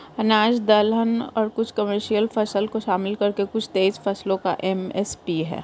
अनाज दलहन और कुछ कमर्शियल फसल को शामिल करके कुल तेईस फसलों का एम.एस.पी है